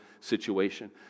situation